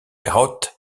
carotte